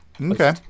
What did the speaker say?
Okay